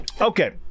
Okay